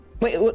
Wait